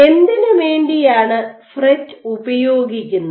എന്തിനുവേണ്ടിയാണ് fret ഉപയോഗിക്കുന്നത്